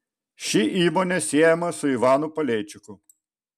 ši įmonė siejama su ivanu paleičiku